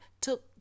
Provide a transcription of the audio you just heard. took